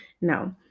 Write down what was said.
No